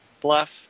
bluff